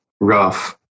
rough